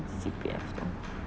C_P_F though